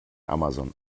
amazon